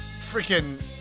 freaking